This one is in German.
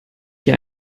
hier